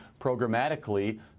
programmatically